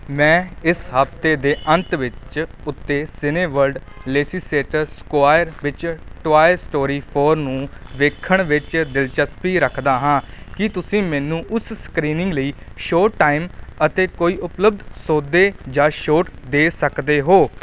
ਮੈਂ ਇਸ ਹਫਤੇ ਦੇ ਅੰਤ ਵਿੱਚ ਉੱਤੇ ਸਿਨੇਵਰਲਡ ਲੇਇਸੇਸਟਰ ਸਕੁਆਇਰ ਵਿੱਚ ਟੋਆਏ ਸਟੋਰੀ ਫੋਰ ਨੂੰ ਵੇਖਣ ਵਿੱਚ ਦਿਲਚਸਪੀ ਰੱਖਦਾ ਹਾਂ ਕੀ ਤੁਸੀਂ ਮੈਨੂੰ ਉਸ ਸਕ੍ਰੀਨਿੰਗ ਲਈ ਸ਼ੋਅ ਟਾਈਮ ਅਤੇ ਕੋਈ ਉਪਲਬਧ ਸੌਦੇ ਜਾਂ ਛੋਟ ਦੇ ਸਕਦੇ ਹੋ